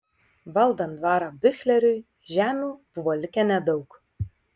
valdant dvarą biuchleriui žemių buvo likę nedaug